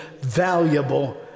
valuable